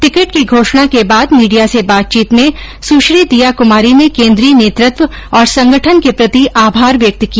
ticket की घोषणा के बाद मीडियां से बातचीत में सुश्री दीया कुमारी ने केन्द्रीय नेतृत्व और संगठन के प्रति आभार व्यक्त किया